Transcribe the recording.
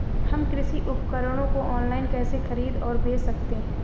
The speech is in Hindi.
हम कृषि उपकरणों को ऑनलाइन कैसे खरीद और बेच सकते हैं?